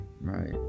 right